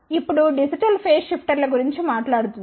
ఇప్పుడు digital phase షిఫ్టర్ల గురించి మాట్లాడుదాం